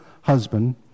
husband